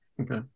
Okay